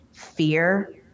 fear